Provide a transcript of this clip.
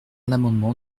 l’amendement